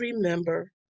remember